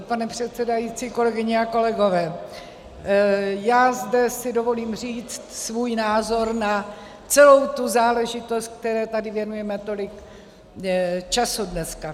Pane předsedající, kolegyně a kolegové, já si zde dovolím říct svůj názor na celou tu záležitost, které tady věnujeme tolik času dneska.